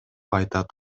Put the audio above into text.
айтат